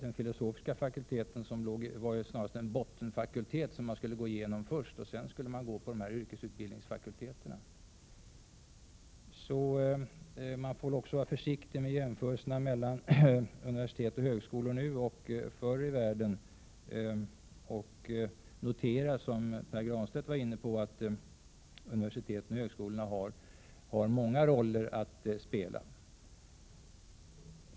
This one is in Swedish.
Den filosofiska fakulteten var snarast en basfakultet, som man skulle gå igenom först, innan man gick på dessa yrkesutbildningsfakulteter. Det gäller alltså att vara försiktig med jämförelserna också mellan universitet och högskolor nu och förr i världen och notera, som Pär Granstedt var inne på, att universitet och högskolor har många roller att spela.